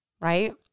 right